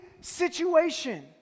situation